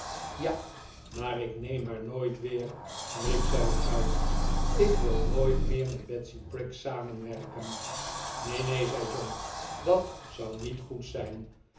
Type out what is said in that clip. ja maar ik neem haar nooit weer riep zij uit ik wil nooit weer met betsy prig samenwerken neen neen zei john dat zou niet goed zijn